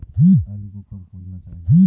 आलू को कब खोदना चाहिए?